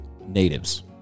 natives